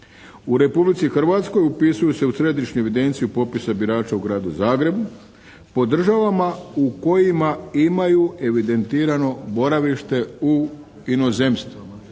u Republici Hrvatskoj upisuju se u središnju evidenciju popisa birača u Gradu Zagrebu po državama u kojima imaju evidentirano boravište u inozemstvu.